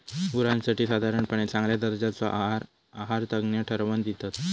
गुरांसाठी साधारणपणे चांगल्या दर्जाचो आहार आहारतज्ञ ठरवन दितत